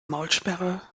maulsperre